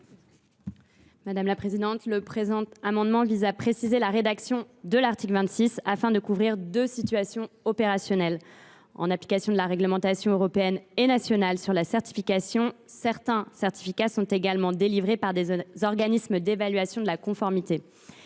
déléguée. Le présent amendement vise à préciser la rédaction de l’article 26, afin de couvrir deux situations opérationnelles. Tout d’abord, en application de la réglementation européenne et nationale sur la certification, certains certificats sont également délivrés par des organismes d’évaluation de la conformité.